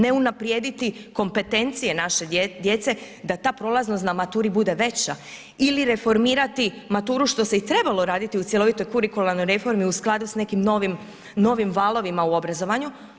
Ne unaprijediti kompetencije naše djece djece da ta prolaznost na maturi bude veća ili reformirati maturu što se ti trebalo raditi u cjelovitoj kurikularnoj reformi u skladu sa nekim novim valovima u obrazovanju.